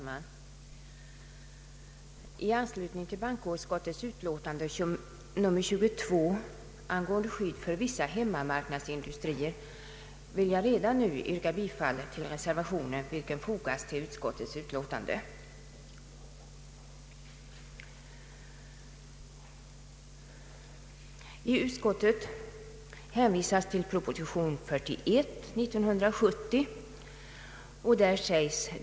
Herr talman! Vid behandlingen av bankoutskottets utlåtande nr 22 angående skydd för vissa hemmamarknadsindustrier vill jag redan nu yrka bifall till reservationen 1, som fogats vid utskottsutlåtandet.